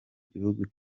gihugu